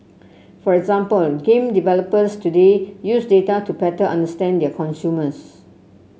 for example game developers today use data to better understand their consumers